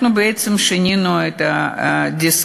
אנחנו בעצם שינינו את הדיסקט.